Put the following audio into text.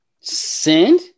send